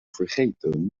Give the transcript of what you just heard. vergeten